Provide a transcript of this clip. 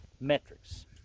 metrics